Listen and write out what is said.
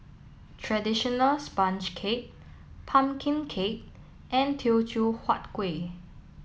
traditional Sponge Cake Pumpkin Cake and Teochew Huat Kuih